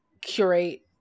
curate